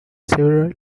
several